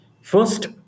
first